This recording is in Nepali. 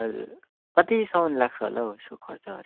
हजुर कतिसम्म लाग्छ होला हौ यसो खर्चहरू